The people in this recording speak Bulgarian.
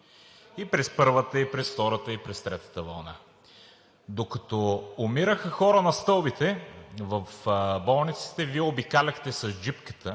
и през първата, и през втората, и през третата вълна. Докато умираха хора на стълбите в болниците, Вие обикаляхте с джипката